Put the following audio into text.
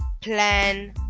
plan